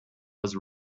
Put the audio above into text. was